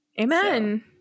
Amen